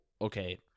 okay